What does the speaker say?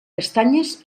castanyes